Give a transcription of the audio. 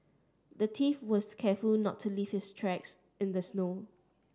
the thief was careful to not leave his tracks in the snow